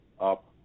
up